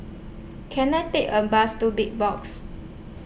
Can I Take A Bus to Big Box